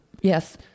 Yes